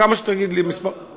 כמה שתגיד לי, מספר,